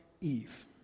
Eve